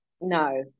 No